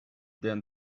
then